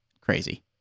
crazy